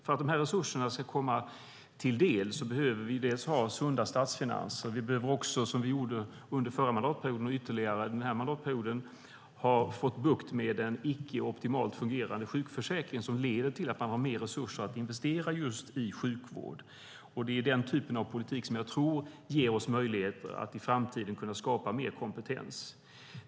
För att dessa resurser ska komma någon till del behöver vi dels ha sunda statsfinanser, dels - som vi gjorde under förra mandatperioden och ytterligare denna mandatperiod - ha fått bukt med en icke optimalt fungerande sjukförsäkring som leder till att man har mer resurser att investera just i sjukvård. Det är den typ av politik som jag tror ger oss möjligheter att i framtiden skapa mer kompetens.